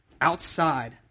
Outside